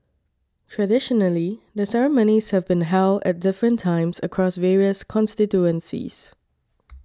traditionally the ceremonies have been held at different times across various constituencies